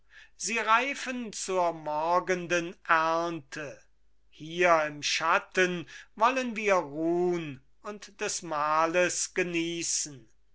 sie reifen zur morgenden ernte hier im schatten wollen wir ruhn und des mahles genießen